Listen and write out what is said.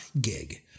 gig